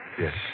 Yes